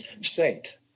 saint